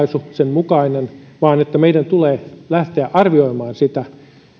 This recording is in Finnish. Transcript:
mukainen vaan meidän tulee lähteä arvioimaan sitä